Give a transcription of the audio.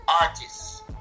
artists